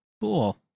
Cool